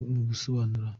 gusobanura